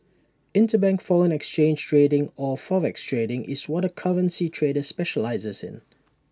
interbank foreign exchange trading or forex trading is what A currency trader specialises in